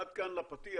עד כאן לפתיח.